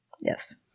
Yes